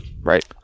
Right